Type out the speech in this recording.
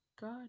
God